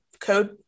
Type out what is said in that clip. code